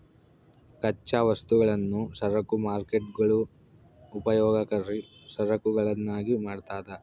ಕಚ್ಚಾ ವಸ್ತುಗಳನ್ನು ಸರಕು ಮಾರ್ಕೇಟ್ಗುಳು ಉಪಯೋಗಕರಿ ಸರಕುಗಳನ್ನಾಗಿ ಮಾಡ್ತದ